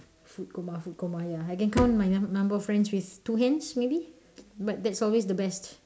food coma food coma ya I can count my num~ number of friends with two hands maybe but that's always the best